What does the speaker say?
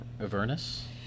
Avernus